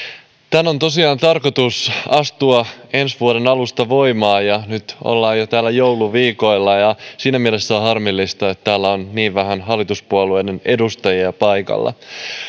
tämän on tosiaan tarkoitus astua ensi vuoden alusta voimaan ja nyt ollaan jo jouluviikoilla siinä mielessä on harmillista että täällä on niin vähän hallituspuolueiden edustajia paikalla